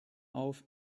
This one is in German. auf